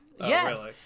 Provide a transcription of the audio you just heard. Yes